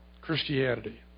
Christianity